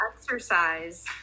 exercise